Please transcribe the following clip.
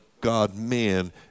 God-man